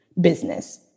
business